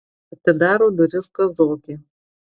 atidaro duris kazokė